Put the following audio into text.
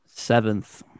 seventh